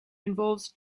involves